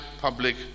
public